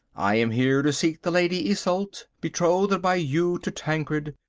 i am here to seek the lady isolde, betrothed by you to tancred.